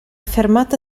fermata